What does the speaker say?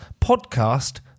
podcast